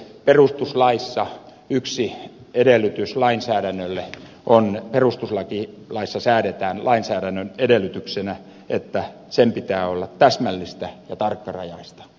perustuslaissa yksi edellytys lainsäädännölle on perustuslaissa säädetään lainsäädännön edellytyksenä että sen pitää olla täsmällistä ja tarkkarajaista